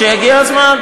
כשיגיע הזמן.